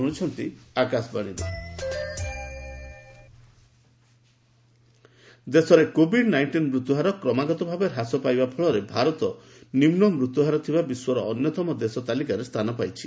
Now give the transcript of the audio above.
recovery rate ଦେଶରେ Covid nineteen ମୃତ୍ୟୁହାର କ୍ରମାଗତ ଭାବେ ହ୍ରାସ ପାଇବା ଫଳରେ ଭାରତ ନିମ୍ନ ମୃତ୍ୟୁହାର ଥିବା ବିଶ୍ୱର ଅନ୍ୟତମ ଦେଶ ତାଲିକାରେ ସ୍ଥାନ ପାଇଛି